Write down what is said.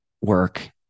work